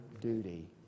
duty